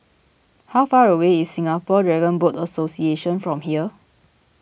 how far away is Singapore Dragon Boat Association from here